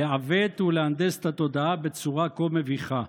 לעוות ולהנדס את התודעה בצורה כה מביכה.